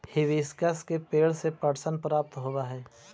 hibiscus के पेंड़ से पटसन प्राप्त होव हई